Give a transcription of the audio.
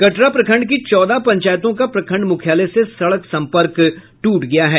कटरा प्रखंड की चौदह पंचायतों का प्रखंड मुख्यालय से सड़क संपर्क ट्रट गया है